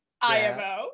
IMO